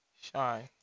shine